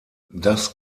das